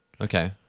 Okay